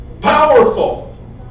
powerful